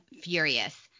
furious